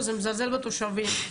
שזה מזלזל בתושבים.